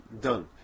done